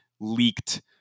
leaked